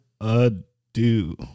ado